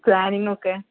കാര്യങ്ങളൊക്കെ